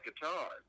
guitar